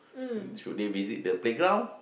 should they visit the playground